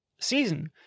season